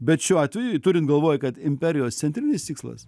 bet šiuo atveju turint galvoj kad imperijos centrinis tikslas